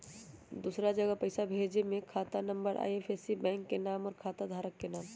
दूसरा जगह पईसा भेजे में खाता नं, आई.एफ.एस.सी, बैंक के नाम, और खाता धारक के नाम?